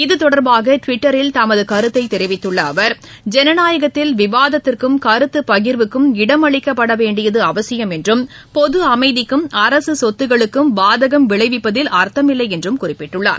இது தொடர்பாக டுவிட்டரில் தமது கருத்தை தெரிவித்துள்ள அவர் ஜனநாயகத்தில் விவாதத்திற்கும் கருத்து பகிர்வுக்கும் இடமளிக்கப்பட வேண்டியது அவசியம் என்றும் பொது அமைதிக்கும் அரக சொத்துக்களுக்கும் பாதகம் விளைவிப்பதில் அர்த்தம் இல்லை என்றும் குறிப்பிட்டுள்ளார்